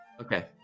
okay